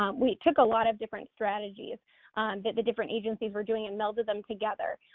um we took a lot of different strategies that the different agencies were doing and melded them together.